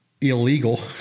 illegal